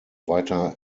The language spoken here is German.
weiter